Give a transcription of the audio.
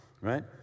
right